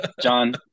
john